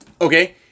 Okay